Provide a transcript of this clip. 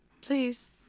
Please